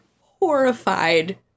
horrified